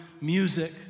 music